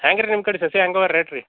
ಹ್ಯಾಂಗೆ ರೀ ನಿಮ್ಮ ಕಡೆ ಸಸಿ ಹೆಂಗವೆ ರೇಟ್ ರೀ